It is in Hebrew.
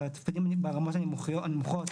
ברמות הנמוכות